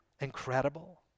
incredible